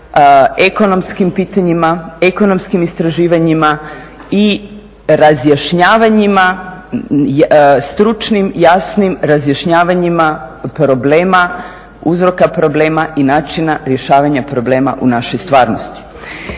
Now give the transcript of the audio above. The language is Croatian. ekonomskim pitanjima, ekonomskim istraživanjima i razjašnjavanjima, stručnim, jasnim razjašnjavanjima problema, uzroka problema i načina rješavanja problema u našoj stvarnosti.